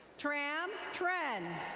tram tren.